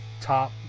top